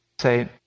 say